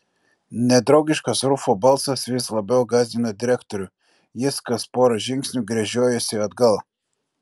nedraugiškas rufo balsas vis labiau gąsdino direktorių jis kas pora žingsnių gręžiojosi atgal